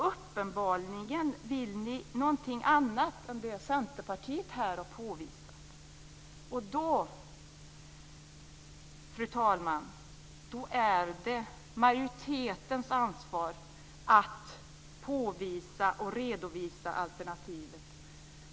Uppenbarligen vill ni någonting annat än det som Centerpartiet här har påvisat. Då, fru talman, är det majoritetens ansvar att redovisa alternativen.